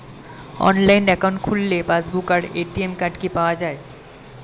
Online account খুললে passbook আর ATM card কি পাওয়া যায়?